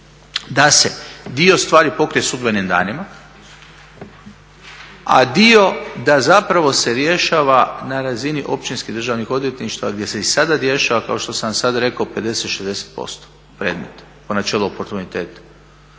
da se dio stvari pokrije sudbenim danima, a dio da zapravo se rješava na razini općinskih državnih odvjetništava gdje se i sada rješava kao što sam vam sada rekao 50, 60% predmeta po načelu oportuniteta.